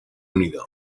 unido